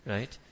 Right